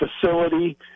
facility